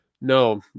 no